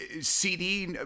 CD